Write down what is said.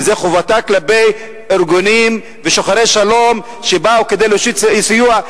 וזו חובתה כלפי ארגונים ושוחרי שלום שבאו כדי להושיט סיוע.